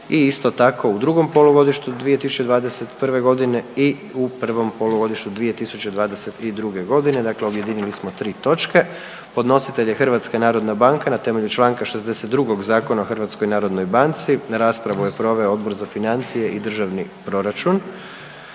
cijena i provedbi monetarne politike u prvom polugodištu 2022. godine. Dakle objedinili smo tri točke. Podnositelj je Hrvatska narodna banka na temelju čl. 62. Zakona o HNB-u, raspravu je proveo Odbor za financije i državni proračun.